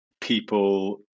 people